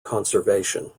conservation